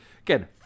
again